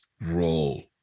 role